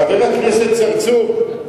חבר הכנסת צרצור,